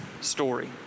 story